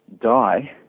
die